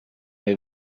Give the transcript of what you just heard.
have